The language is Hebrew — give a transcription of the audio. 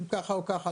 אם כך או ככה,